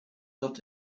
dat